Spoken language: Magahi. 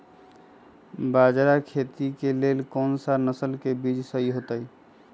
बाजरा खेती के लेल कोन सा नसल के बीज सही होतइ?